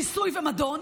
שיסוי ומדון.